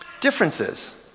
differences